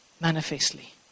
Manifestly